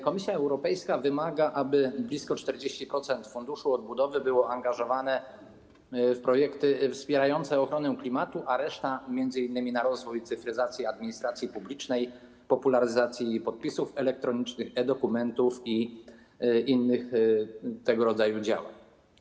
Komisja Europejska wymaga, aby blisko 40% funduszu odbudowy było angażowane w projekty wspierające ochronę klimatu, a reszta była przeznaczana m.in. na rozwój cyfryzacji i administracji publicznej, popularyzację podpisów elektronicznych, e-dokumentów i innych tego rodzaju działań.